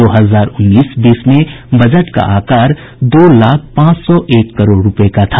दो हजार उन्नीस बीस में बजट का आकार दो लाख पांच सौ एक करोड़ रूपये का था